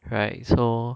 right so